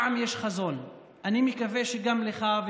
אני אתן לך תשובה במשפט האחרון.